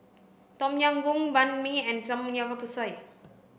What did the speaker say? Tom Yam Goong Banh Mi and Samgeyopsal